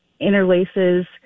interlaces